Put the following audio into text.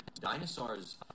Dinosaurs